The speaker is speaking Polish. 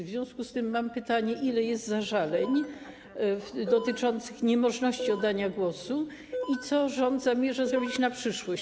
W związku z tym mam pytanie: Ile jest zażaleń dotyczących niemożności oddania głosu i co rząd zamierza zrobić na przyszłość?